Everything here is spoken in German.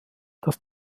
dass